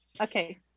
Okay